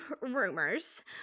rumors